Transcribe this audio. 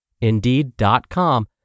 Indeed.com